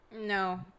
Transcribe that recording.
No